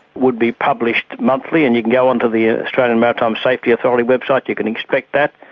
would be published monthly, and you can go onto the australian maritime safety authority website, you can inspect that,